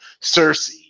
Cersei